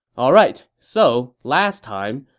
alright, so last time,